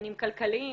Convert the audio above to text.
עניינים כלכלים,